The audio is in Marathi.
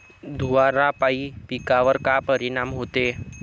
धुवारापाई पिकावर का परीनाम होते?